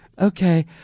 Okay